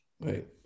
right